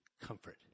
comfort